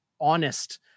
honest